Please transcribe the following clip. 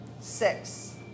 six